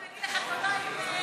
אלעזר, אנחנו נגיד לך תודה אם תתקדם.